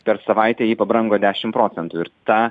per savaitę ji pabrango dešim procentų ir ta